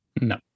No